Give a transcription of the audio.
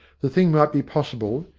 the thing might be possible,